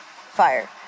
fire